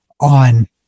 on